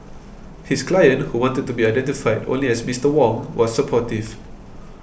his client who wanted to be identified only as Mister Wong was supportive